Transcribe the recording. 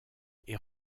est